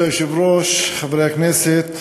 כבוד היושב-ראש, חברי הכנסת,